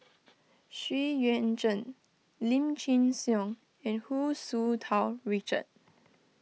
Xu Yuan Zhen Lim Chin Siong and Hu Tsu Tau Richard